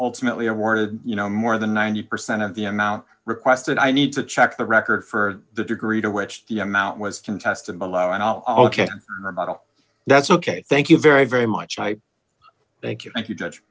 ultimately awarded you no more than ninety percent of the amount requested i need to check the record for the degree to which the amount was contested below and i'll go that's ok thank you very very much i thank you thank you judge